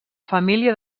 família